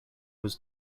was